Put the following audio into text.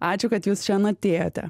ačiū kad jūs šian atėjote